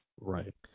Right